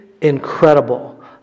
incredible